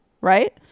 right